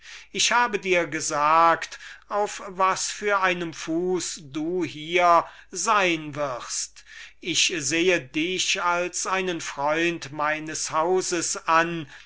ich habe dir gesagt auf was für einem fuß du hier sein wirst ich sehe dich als einen freund meines hauses an